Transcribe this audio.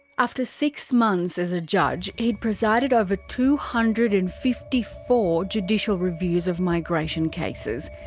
after six months as a judge, he'd presided over two hundred and fifty four judicial reviews of migration cases.